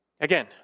Again